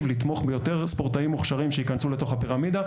לתמוך ביותר ספורטאים מוכשרים שייכנסו לתוך הפירמידה,